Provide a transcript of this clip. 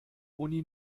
uni